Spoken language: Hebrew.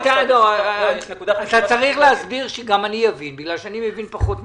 אתה צריך להסביר כדי שגם אני אבין כי אני מבין פחות מאחרים.